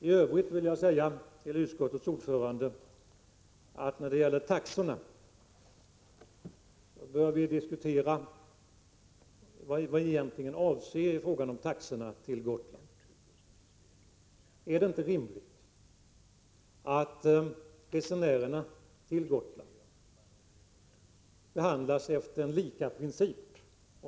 I övrigt vill jag säga till utskottets ordförande att vi bör diskutera vad vi egentligen avser med taxorna. Är det inte rimligt att resenärerna till Gotland behandlas efter en likaprincip?